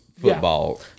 football